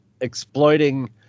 exploiting